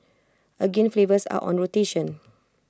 again flavours are on rotation